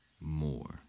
more